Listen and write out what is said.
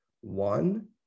One